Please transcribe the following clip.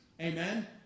Amen